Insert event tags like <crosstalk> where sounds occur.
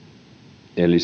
eli <unintelligible>